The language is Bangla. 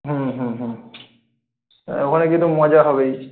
হুম হুম হুম হ্যাঁ ওখানে গিয়ে তো মজা হবেই